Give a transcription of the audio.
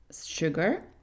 sugar